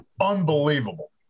unbelievable